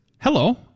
hello